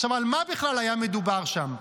על מה בכלל היה מדובר שם?